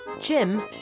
Jim